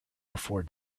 before